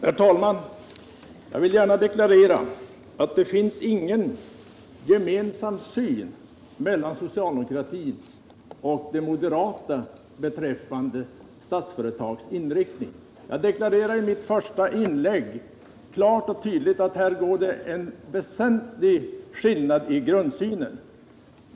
Herr talman! Jag vill gärna deklarera att det finns ingen gemensam syn hos socialdemokratin och de moderata beträffande Statsföretags inriktning. Jag sade i mitt första inlägg klart och tydligt att här går en väsentlig skiljelinje i grundsynen.